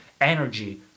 energy